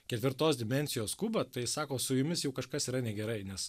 ketvirtos dimensijos kubą tai sako su jumis jau kažkas yra negerai nes